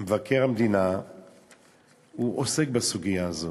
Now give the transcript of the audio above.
שמבקר המדינה עוסק בסוגיה הזו,